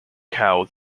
cow